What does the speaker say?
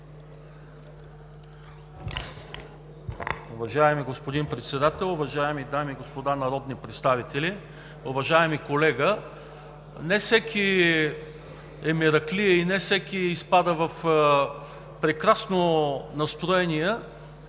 Уважаеми господин Председател, уважаеми дами и господа народни представители! Уважаеми колега, не всеки е мераклия и не всеки изпада в прекрасно настроение